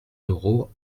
d’euros